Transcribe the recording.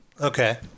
Okay